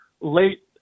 late